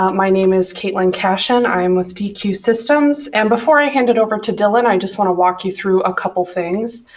um my name is caitlin cashin. i am with deque systems. and before i hand it over to dylan, i just want to walk you through a couple of things.